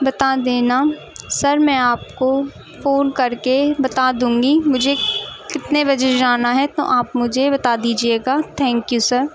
بتا دینا سر میں آپ کو فون کر کے بتا دوں گی مجھے کتنے بجے جانا ہے تو آپ مجھے بتا دیجیے گا تھینک یو سر